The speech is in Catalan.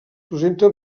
presenta